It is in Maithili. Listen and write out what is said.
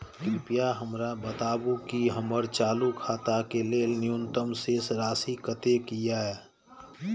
कृपया हमरा बताबू कि हमर चालू खाता के लेल न्यूनतम शेष राशि कतेक या